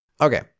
okay